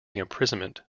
imprisonment